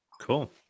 Cool